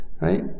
Right